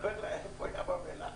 איפה ים המלח?